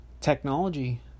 Technology